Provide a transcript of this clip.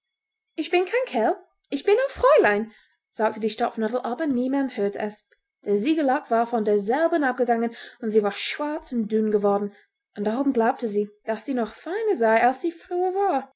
ich bin kein kerl ich bin ein fräulein sagte die stopfnadel aber niemand hörte es der siegellack war von derselben abgegangen und sie war schwarz und dünn geworden und darum glaubte sie daß sie noch feiner sei als sie früher war